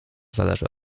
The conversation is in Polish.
zależy